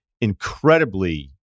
incredibly